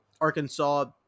Arkansas